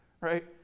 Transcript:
right